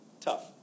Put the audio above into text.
Tough